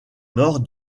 nord